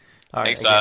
Thanks